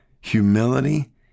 humility